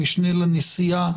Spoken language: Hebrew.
המשנה לנשיאה,